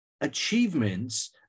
achievements